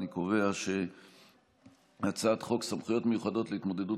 אני קובע שהצעת חוק סמכויות מיוחדות להתמודדות